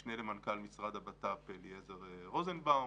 משנה למנכ"ל משרד הבט"פ, אליעזר רוזנבאום,